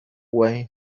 way